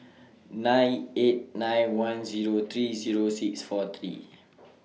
nine eight nine one Zero three Zero six four three